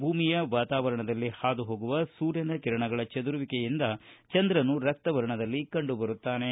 ಭೂಮಿಯ ವಾತಾವರಣದಲ್ಲಿ ಹಾದುಹೋಗುವ ಸೂರ್ಯನ ಕಿರಣಗಳ ಚದುರುವಿಕೆಯಿಂದ ಚಂದ್ರನು ರಕ್ತವರ್ಣದಲ್ಲಿ ಕಂಡುಬರುತ್ತಾನೆ